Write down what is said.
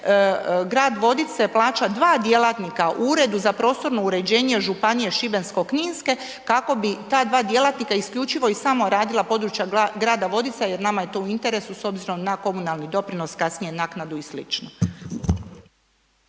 Grad Vodice plaća dva djelatnika u Uredu za prostorno uređenje županije šibensko-kninske kako bi ta dva djelatnika isključivo i samo radila područja grada Vodica jer nama je to u interesu s obzirom na komunalni doprinos, kasnije naknadu i sl.